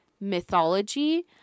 mythology